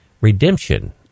redemption